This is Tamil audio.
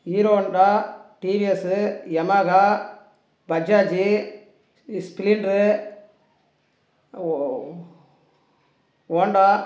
hero Honda TVS Yamaha Bajaj Splendor ஓ ஓண்டா